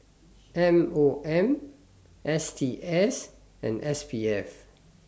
M O M S T S and S P F